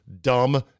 Dumb